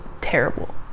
terrible